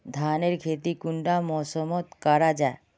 धानेर खेती कुंडा मौसम मोत करा जा?